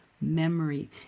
memory